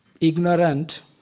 ignorant